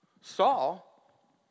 Saul